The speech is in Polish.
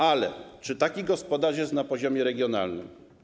Ale czy taki gospodarz jest na poziomie regionalnym?